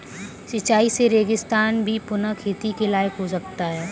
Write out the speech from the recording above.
सिंचाई से रेगिस्तान भी पुनः खेती के लायक हो सकता है